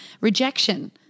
rejection